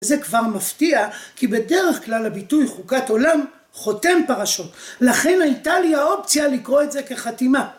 זה כבר מפתיע כי בדרך כלל הביטוי חוקת עולם חותם פרשות, לכן הייתה לי האופציה לקרוא את זה כחתימה.